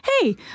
Hey